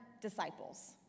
disciples